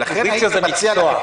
אופוזיציה זה מקצוע,